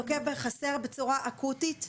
לוקה בחסר בצורה אקוטית.